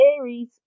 aries